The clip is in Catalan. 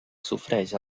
sofreix